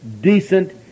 decent